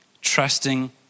trusting